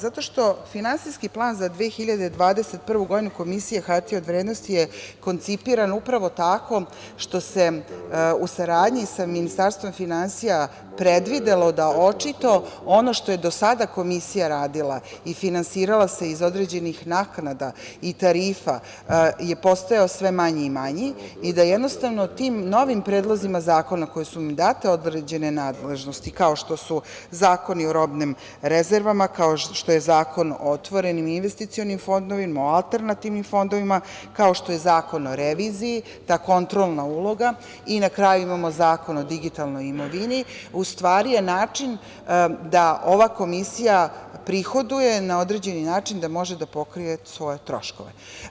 Zato što finansijski plan za 2021. godinu Komisija za hartije od vrednosti je koncipiran upravo tako što se u saradnji sa Ministarstvom finansija predvidelo da očito ono što je do sada Komisija radila i finansirala se iz određenih naknada i tarifa je postajao sve manji i manji i da jednostavno tim novim predlozima zakona kojim su im date određene nadležnosti, kao što su zakoni o robnim rezervama, kao što je Zakon o otvorenim i investicionim fondovima, o alternativnim fondovima, kao što je Zakon o reviziji, ta kontrolna uloga i na kraju imamo Zakon o digitalnoj imovini, u stvari je način da ova Komisija prihoduje na određeni način da može da pokrije svoje troškove.